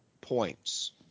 points